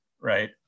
right